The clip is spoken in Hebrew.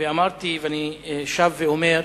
ואמרתי, ואני שב ואומר: